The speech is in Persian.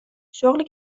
شغلی